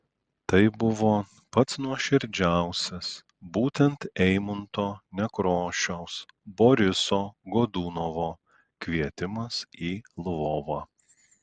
tai buvo pats nuoširdžiausias būtent eimunto nekrošiaus boriso godunovo kvietimas į lvovą